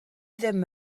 ddim